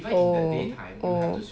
oh oh